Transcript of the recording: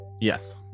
Yes